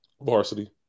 Varsity